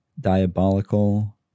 diabolical